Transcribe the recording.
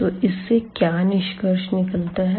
तो इससे क्या निष्कर्ष निकलता है